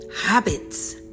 habits